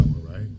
right